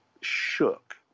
shook